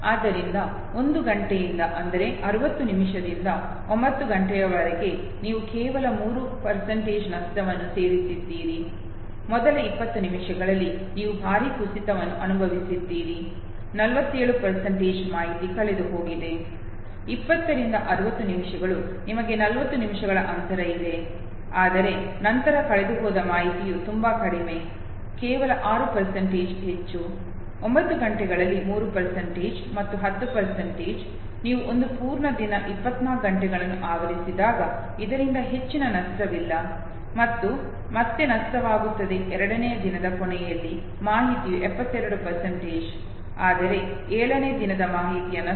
ಆದ್ದರಿಂದ ಒಂದು ಗಂಟೆಯಿಂದ ಅಂದರೆ 60 ನಿಮಿಷದಿಂದ 9 ಗಂಟೆಗಳವರೆಗೆ ನೀವು ಕೇವಲ 3 ನಷ್ಟವನ್ನು ಸೇರಿಸಿದ್ದೀರಿ ಮೊದಲ 20 ನಿಮಿಷಗಳಲ್ಲಿ ನೀವು ಭಾರೀ ಕುಸಿತವನ್ನು ಅನುಭವಿಸಿದ್ದೀರಿ 47 ಮಾಹಿತಿ ಕಳೆದುಹೋಗಿದೆ 20 ರಿಂದ 60 ನಿಮಿಷಗಳು ನಿಮಗೆ 40 ನಿಮಿಷಗಳ ಅಂತರ ಇದೆ ಆದರೆ ನಂತರ ಕಳೆದುಹೋದ ಮಾಹಿತಿಯು ತುಂಬಾ ಕಡಿಮೆ ಕೇವಲ 6 ಹೆಚ್ಚು 9 ಗಂಟೆಗಳಲ್ಲಿ 3 ಮತ್ತು 10 ನೀವು ಒಂದು ಪೂರ್ಣ ದಿನ 24 ಗಂಟೆಗಳನ್ನು ಆವರಿಸಿದಾಗ ಇದರಿಂದ ಹೆಚ್ಚಿನ ನಷ್ಟವಿಲ್ಲ ಮತ್ತು ಮತ್ತೆ ನಷ್ಟವಾಗುತ್ತದೆ ಎರಡನೇ ದಿನದ ಕೊನೆಯಲ್ಲಿ ಮಾಹಿತಿಯು 72 ಆದರೆ 7ನೇದಿನದ ಮಾಹಿತಿಯ ನಷ್ಟ 75 ಮಾತ್ರ